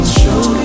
show